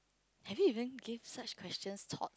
have you even give such question thought